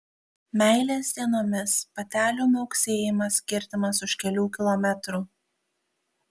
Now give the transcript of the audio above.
meilės dienomis patelių miauksėjimas girdimas už kelių kilometrų